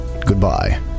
Goodbye